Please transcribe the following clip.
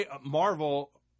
Marvel